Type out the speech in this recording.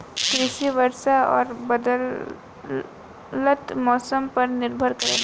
कृषि वर्षा और बदलत मौसम पर निर्भर करेला